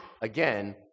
again